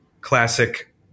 classic